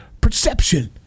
perception